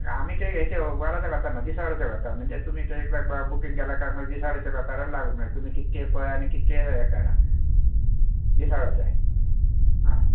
आमी ते हेचेर वराचेर वचनात दिसवड्यार वयता म्हणजे तुमी थंय बुकींग केले कांय दिसवाड्याचेर लागू जाता तुमी कितकेय पळय आनी कितकेय हे करा दिसावड्याचें आं